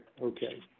Okay